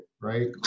Right